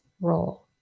role